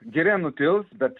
giria nutils bet